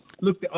Look